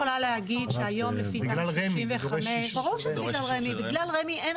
בגלל רמ"י, זה דורש אישור.